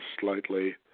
slightly